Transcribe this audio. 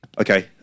okay